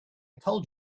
told